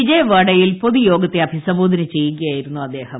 വിജയവാഡയിൽ പൊതുയോഗത്തെ അഭിസംബോധന ചെയ്യുകയായിരുന്നു അദ്ദേഹം